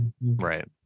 Right